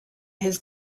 his